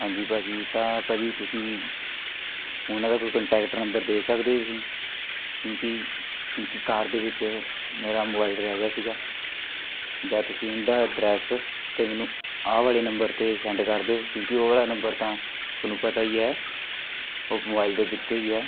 ਹਾਂਜੀ ਭਾਅ ਜੀ ਤਾਂ ਭਾਅ ਜੀ ਤੁਸੀਂ ਉਹਨਾਂ ਦਾ ਕੋਈ ਕੰਟੈਕਟ ਨੰਬਰ ਦੇ ਸਕਦੇ ਹੋ ਤੁਸੀਂ ਕਿਉਂਕਿ ਕਿਉਂਕਿ ਕਾਰ ਦੇ ਵਿੱਚ ਮੇਰਾ ਮੋਬਾਈਲ ਰਹਿ ਗਿਆ ਸੀਗਾ ਜਾਂ ਤੁਸੀਂ ਉਹਦਾ ਅਡਰੈੱਸ ਅਤੇ ਮੈਨੂੰ ਆਹ ਵਾਲੇ ਨੰਬਰ 'ਤੇ ਸੈਂਡ ਕਰ ਦਿਉ ਕਿਉਂਕਿ ਉਹ ਵਾਲਾ ਨੰਬਰ ਤਾਂ ਤੁਹਾਨੂੰ ਪਤਾ ਹੀ ਹੈ ਉਹ ਮੋਬਾਈਲ ਦੇ ਵਿੱਚ ਹੀ ਹੈ